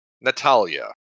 Natalia